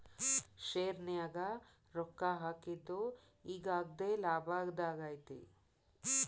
ಶೆರ್ನ್ಯಾಗ ರೊಕ್ಕಾ ಹಾಕಿದ್ದು ಈಗ್ ಅಗ್ದೇಲಾಭದಾಗೈತಿ